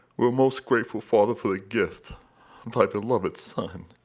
we are most grateful, father, for the gift of thy beloved son,